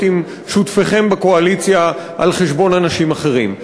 עם שותפיכם בקואליציה על חשבון אנשים אחרים.